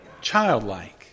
childlike